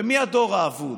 ומי הדור האבוד?